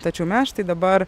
tačiau mes štai dabar